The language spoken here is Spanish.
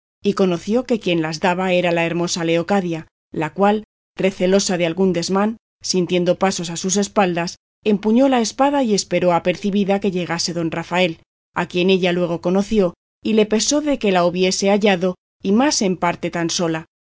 y conoció que quien las daba era la hermosa leocadia la cual recelosa de algún desmán sintiendo pasos a sus espaldas empuñó la espada y esperó apercebida que llegase don rafael a quien ella luego conoció y le pesó de que la hubiese hallado y más en parte tan sola